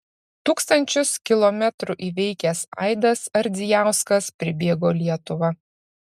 tūkstančius kilometrų įveikęs aidas ardzijauskas pribėgo lietuvą